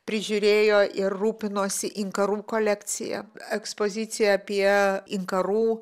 prižiūrėjo ir rūpinosi inkarų kolekcija ekspozicija apie inkarų